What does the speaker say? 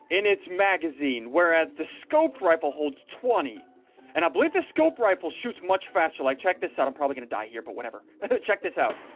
in its magazine whereas the scoped rifle holds twenty and i believe this scope rifle shoots much faster like check this out i'm probably gonna die here but whatever check this out